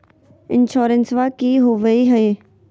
इंसोरेंसबा की होंबई हय?